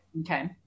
Okay